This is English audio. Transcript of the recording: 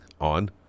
on